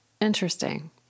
Interesting